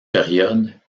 période